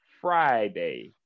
Friday